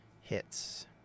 Hits